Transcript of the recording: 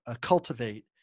cultivate